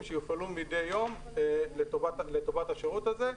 שיופעלו מדי יום לטובת השירות הזה.